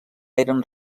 eren